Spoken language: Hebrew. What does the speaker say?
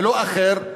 ולא אחר,